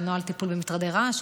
נוהל טיפול במטרדי רעש,